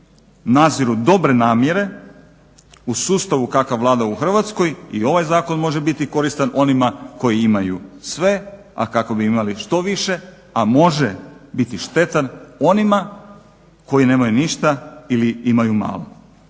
naziru dobre namjere u sustavu kakav vlada u Hrvatskoj i ovaj zakon može biti koristan onima koji imaju sve, a kako bi imali što više, a može biti štetan onima koji nemaju ništa ili imaju malo.